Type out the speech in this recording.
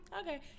okay